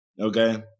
okay